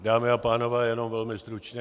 Dámy a pánové, jenom velmi stručně.